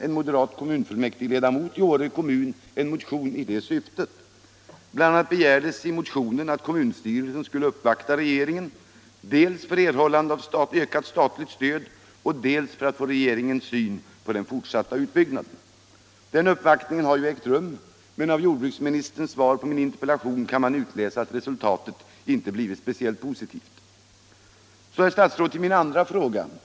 en moderat kommunfullmäktigeledamot i Åre en motion i detta syfte. Bl. a. begärdes i motionen att kommunstyrelsen skulle uppvakta regeringen dels för erhållande av ökat statligt stöd, dels för att få del av regeringens syn på den fortsatta utbyggnaden. Denna uppvaktning har ägt rum, men av jordbruksministerns svar på min interpellation kan man utläsa att resultatet inte blivit positivt. Så, herr statsråd, till min andra fråga.